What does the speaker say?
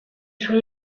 suoi